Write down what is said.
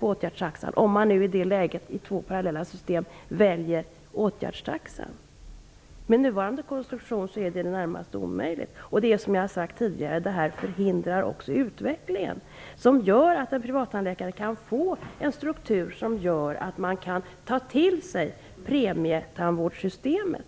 på denna, om han eller hon av de två parallella systemen väljer åtgärdstaxan. Med nuvarande konstruktion är det i det närmaste omöjligt. Som jag tidigare sagt förhindrar detta också en utveckling mot att en privattandläkares verksamhet kan få en sådan struktur att denne kan ta till sig premietandvårdssystemet.